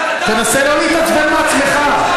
תנסה לא להתעצבן מעצמך.